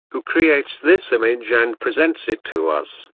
who creates this image and presents it to us.